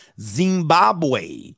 Zimbabwe